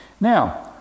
now